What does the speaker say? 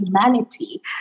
humanity